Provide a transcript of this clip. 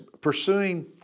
pursuing